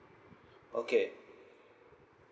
okay